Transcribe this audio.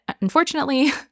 unfortunately